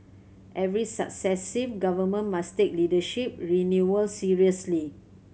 every successive Government must take leadership renewal seriously